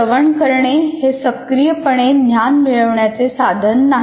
श्रवण करणे हे सक्रियपणे ज्ञान मिळवण्याचे साधन नाही